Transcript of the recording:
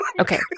Okay